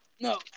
No